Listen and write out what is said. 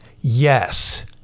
yes